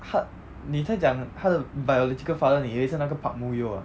他你在讲她的 biological father 你以为是那个 park moo yeol 啊